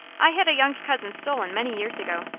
i had a young cousin stolen many years ago.